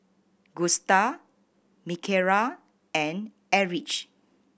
Gusta Mikayla and Erich